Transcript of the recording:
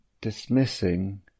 dismissing